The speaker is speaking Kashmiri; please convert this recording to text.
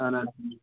اَہَن حظ